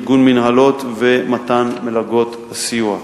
ארגון מינהלות ומתן מלגות סיוע.